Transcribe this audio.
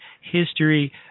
history